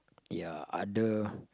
ya other